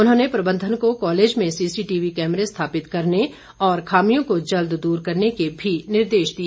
उन्होंने प्रबंधन को कॉलेज में सीसीटीवी कैमरे स्थापित करने और खामियों को जल्द दूर करने के मी निर्देश दिए